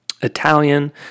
Italian